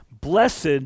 blessed